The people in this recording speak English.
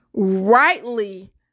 Rightly